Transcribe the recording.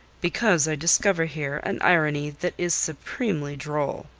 because i discover here an irony that is supremely droll.